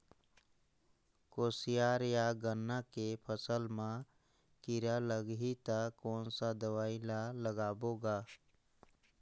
कोशियार या गन्ना के फसल मा कीरा लगही ता कौन सा दवाई ला लगाबो गा?